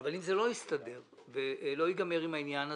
אבל אם זה לא יסתדר ולא ייגמר העניין הזה,